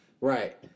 right